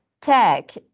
tech